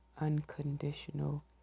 unconditional